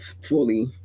fully